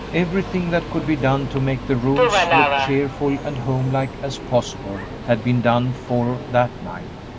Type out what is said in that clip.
everything that could be done to make the rooms look cheerful and homelike as possible had been done for that night.